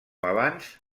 abans